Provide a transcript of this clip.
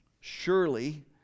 surely